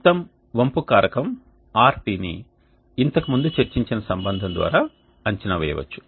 మొత్తం వంపు కారకం rt ని ఇంతకుముందు చర్చించిన సంబంధం ద్వారా అంచనా వేయవచ్చు